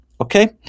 okay